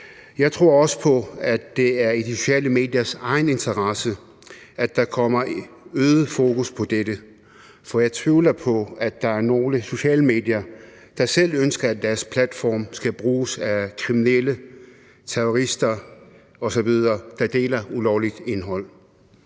Jeg tror også på, at det er i de sociale mediers egen interesse, at der kommer et øget fokus på dette, for jeg tvivler på, at der er nogen sociale medier, der selv ønsker, at deres platform skal bruges af kriminelle, terrorister osv., der deler ulovligt indhold.